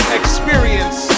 experience